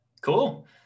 Cool